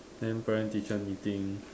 then parent teaching meeting